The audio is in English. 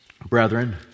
Brethren